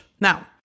Now